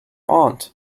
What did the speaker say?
aunt